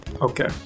Okay